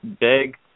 big